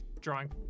drawing